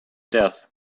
death